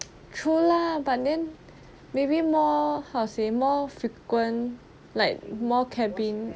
true lah but then maybe more how to say more frequent like more cabin